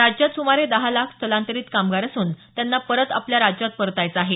राज्यात सुमारे दहा लाख स्थलांतरित कामगार असून त्यांना परत आपल्या राज्यात परतायचं आहे